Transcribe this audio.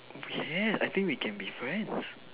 yes I think we can be friends